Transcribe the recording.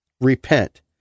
Repent